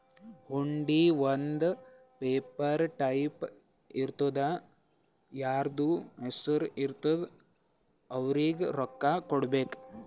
ಹುಂಡಿ ಒಂದ್ paper type ಇರ್ತುದಾ ಯಾರ್ದು ಹೆಸರು ಇರ್ತುದ್ ಅವ್ರಿಗ ರೊಕ್ಕಾ ಕೊಡ್ಬೇಕ್